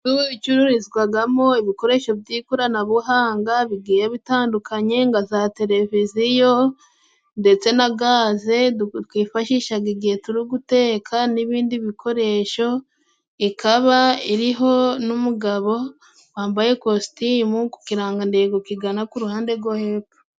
Inzu icururizwagamo ibikoresho by'ikoranabuhanga bigiye bitandukanye, nga za tereviziyo ndetse na gaze twifashishaga igihe turi guteka n'ibindi bikoresho, ikaba iriho n'umugabo wambaye kositimu ku kirangandego kigana ku ruhande go hepfo.